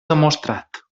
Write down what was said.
demostrat